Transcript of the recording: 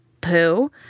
poo